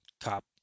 cop